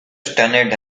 stunned